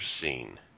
seen